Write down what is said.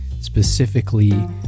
specifically